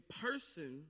person